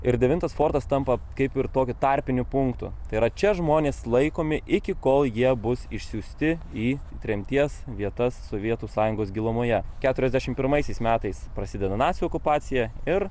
ir devintas fortas tampa kaip ir tokiu tarpiniu punktu tai yra čia žmonės laikomi iki kol jie bus išsiųsti į tremties vietas sovietų sąjungos gilumoje keturiasdešimt pirmaisiais metais prasideda nacių okupacija ir